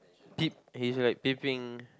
peep he's peeping